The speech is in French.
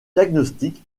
diagnostic